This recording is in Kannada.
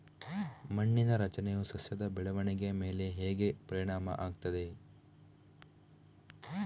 ಮಣ್ಣಿನ ರಚನೆಯು ಸಸ್ಯದ ಬೆಳವಣಿಗೆಯ ಮೇಲೆ ಹೇಗೆ ಪರಿಣಾಮ ಆಗ್ತದೆ?